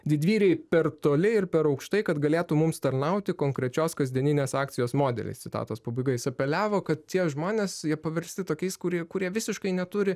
didvyriai per toli ir per aukštai kad galėtų mums tarnauti konkrečios kasdieninės akcijos modeliais citatos pabaiga jis apeliavo kad tie žmonės jie paversti tokiais kurie kurie visiškai neturi